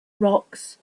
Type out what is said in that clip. rocks